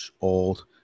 old